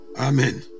amen